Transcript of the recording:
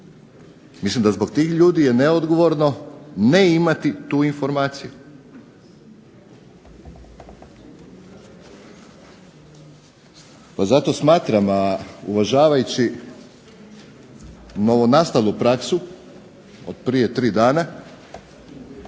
Mislim da zbog tih ljudi je neodgovorno ne imati tu informaciju. Pa zato smatram, a uvažavajući novonastalu praksu od prije 3 dana